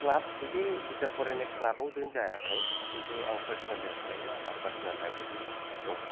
club बिदि बिजाब फरायनाय क्लाबाव ज्यन जायाखै किन्तु आं पार्सनेलि आं फरायो आंहा पार्सनेल लाइब्रेरि दङ